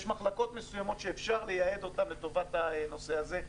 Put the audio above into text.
יש מחלקות מסוימות שאפשר לייעד אותן לטובת הנושא הזה.